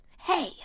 hey